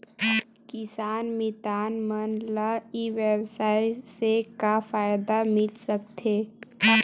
किसान मितान मन ला ई व्यवसाय से का फ़ायदा मिल सकथे?